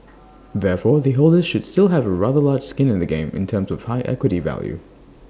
therefore the holders should still have A rather large skin in the game in terms of A high equity value